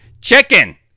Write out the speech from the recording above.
chicken